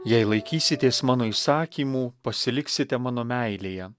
jei laikysitės mano įsakymų pasiliksite mano meilėje